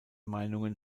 meinungen